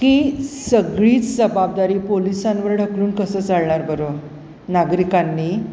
की सगळीच जबाबदारी पोलिसांवर डाकडून कसं चाळणार बरो नागरिकांनी